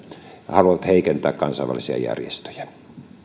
haluavat heikentää kansainvälisiä järjestöjä